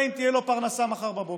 הוא לא יודע אם תהיה לו פרנסה מחר בבוקר,